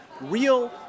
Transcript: real